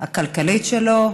הכלכלית שלו,